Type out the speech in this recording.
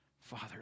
Father